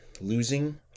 Losing